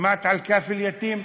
שמעת על "קאפל יתים"?